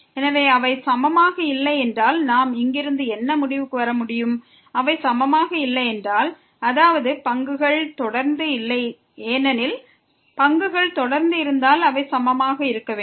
எனவே அவை சமமாக இல்லை என்றால் நாம் இங்கிருந்து என்ன முடிவுக்கு வர முடியும் அவை சமமாக இல்லை என்றால் அதாவது பங்குகள் தொடர்ந்து இல்லை ஏனெனில் பங்குகள் தொடர்ந்து இருந்தால் அவை சமமாக இருக்க வேண்டும்